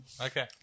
Okay